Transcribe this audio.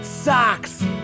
Socks